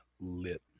lit